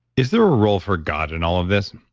is there a role for god in all of this?